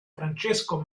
francesco